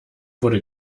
wurde